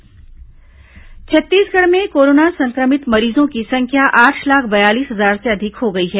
corona समाचार छत्तीसगढ़ में corona संक्रमित मरीजों की संख्या आठ लाख बयालीस हजार से अधिक हो गई है